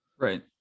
right